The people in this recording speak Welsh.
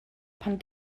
pan